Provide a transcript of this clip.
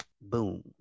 boom